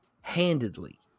handedly